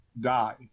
die